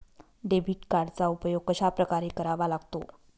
Debit कार्डचा उपयोग कशाप्रकारे करावा लागतो?